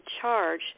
charge